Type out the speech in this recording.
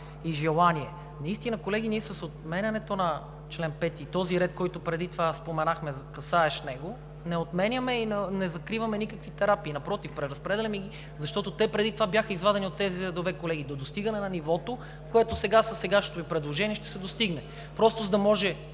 и желание. Наистина, колеги, ние с отменянето на чл. 5 – този ред, който преди това споменахме, касаещ него, не отменяме и не закриваме никакви терапии. Напротив, преразпределяме ги, защото те преди това бяха извадени от тези редове, колеги, до достигане на нивото, което сега, със сегашното ми предложение ще се достигне. Просто, за да може